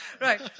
Right